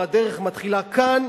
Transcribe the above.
והדרך מתחילה כאן,